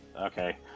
Okay